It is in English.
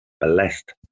Blessed